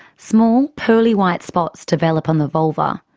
small pearly white spots develop on the vulva.